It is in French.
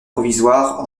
provisoire